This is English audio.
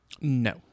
No